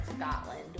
Scotland